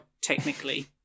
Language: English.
technically